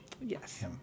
Yes